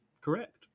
correct